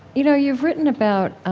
you know, you've written about, ah